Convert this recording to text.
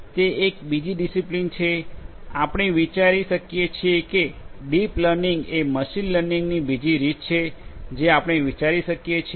તે એક બીજી ડિસિપ્લિન છે આપણે વિચારી શકીએ છીએ કે ડીપ લર્નિંગ એ મશીન લર્નિંગની બીજી રીત છે જે આપણે વિચારી શકીએ છીએ